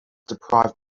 deprived